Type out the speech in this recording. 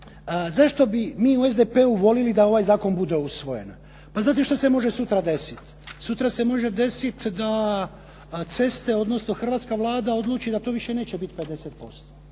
zašto bi mi u SDP-u voljeli da ovaj zakon bude usvojen, pa znate što se može sutra desiti? Sutra se može desiti da ceste, odnosno hrvatska Vlada odluči da to više neće biti 50%.